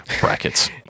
Brackets